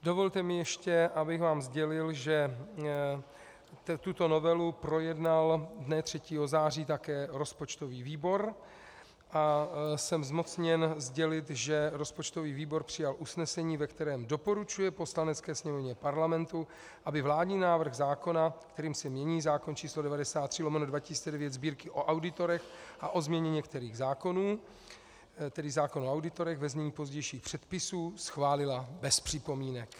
Dovolte mi ještě, abych vám sdělil, že tuto novelu projednal dne 3. září také rozpočtový výbor, a jsem zmocněn sdělit, že rozpočtový výbor přijal usnesení, ve kterém doporučuje Poslanecké sněmovně Parlamentu, aby vládní návrh zákona, kterým se mění zákon č. 93/2009 Sb., o auditorech a o změně některých zákonů, zákon o auditorech, ve znění pozdějších předpisů schválila bez připomínek.